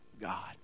God